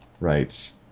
right